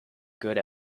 good